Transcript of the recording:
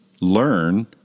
learn